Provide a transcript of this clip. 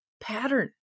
pattern